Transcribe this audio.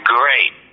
great